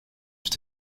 were